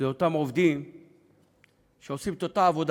אותם עובדים שעושים את אותה עבודה,